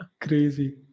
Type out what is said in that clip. Crazy